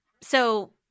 So-